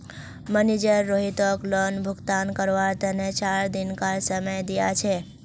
manager रोहितक loan भुगतान करवार तने चार दिनकार समय दिया छे